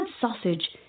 sausage